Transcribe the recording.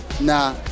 nah